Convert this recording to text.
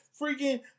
freaking